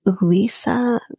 Lisa